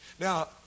Now